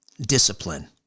discipline